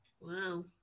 Wow